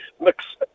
mix